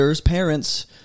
parents